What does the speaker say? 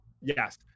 Yes